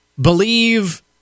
believe